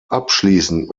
abschließend